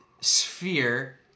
sphere